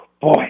Boy